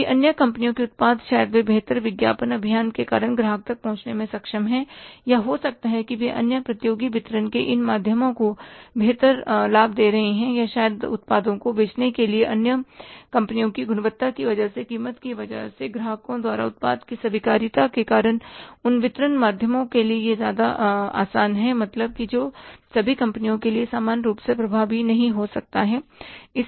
क्योंकि अन्य कंपनियों के उत्पाद शायद वे बेहतर विज्ञापन अभियान के कारण ग्राहक तक पहुंचने में सक्षम हैं या हो सकता है कि वे अन्य प्रतियोगी वितरण के इन माध्यमों को बेहतर लाभ दे रहे हों या शायद उत्पादों को बेचने के लिए अन्य कंपनियों की गुणवत्ता की वजह से कीमत की वजह से ग्राहकों द्वारा उत्पाद की स्वीकार्यता के कारण उन वितरण माध्यम के लिए यह ज्यादा आसान है मतलब कि जो सभी कंपनियों के लिए समान रूप से प्रभावी नहीं हो सकता है